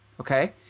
okay